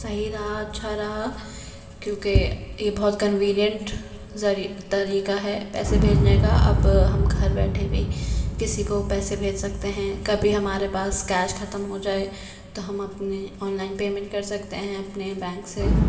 صحیح رہا اچھا رہا کیوں کہ یہ بہت کنویریئنٹ ذری طریقہ ہے پیسے بھیجنے کا اب ہم گھر بیٹھے بھی کسی کو پیسے بھیج سکتے ہیں کبھی ہمارے پاس کیش ختم ہو جائے تو ہم اپنے آن لائن پیمنٹ کر سکتے ہیں اپنے بینک سے